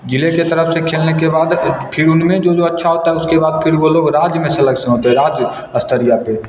ज़िले की तरफ़ से खेलने के बाद फिर उन में जो जो अच्छा होता है फिर उसके बाद फिर वह लोग राज्य में सिलेक्शन होता राज्य स्तरीय पर